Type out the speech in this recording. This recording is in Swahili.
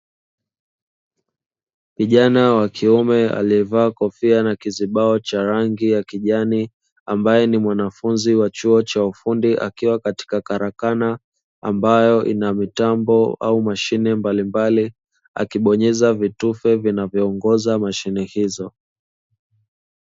Kijana wa kiume alievaa kofia na kizibao cha rangi yakijani ambae ni mwanafunzi wa chuo cha ufundi akiwa katika karakana ambayo inamitambo au mashine mbalimbali akibonyeza vitufe vinavyoongoza mashine hizo.